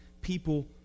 people